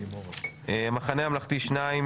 המחנה הממלכתי שניים,